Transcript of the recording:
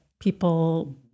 people